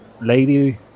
Lady